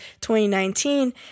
2019